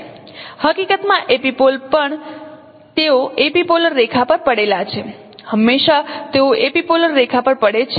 હકીકતમાં એપિપોલ પણ તેઓ એપિપોલર રેખા પર પડેલા છે હંમેશા તેઓ એપિપોલર રેખા પર પડે છે